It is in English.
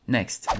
Next